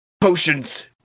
potions